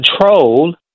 control